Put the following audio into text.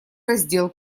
раздел